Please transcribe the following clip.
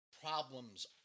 Problems